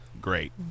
Great